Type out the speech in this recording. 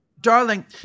Darling